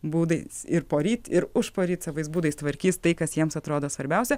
būdais ir poryt ir užporyt savais būdais tvarkys tai kas jiems atrodo svarbiausia